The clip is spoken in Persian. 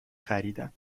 خریدم